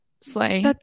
slay